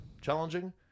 challenging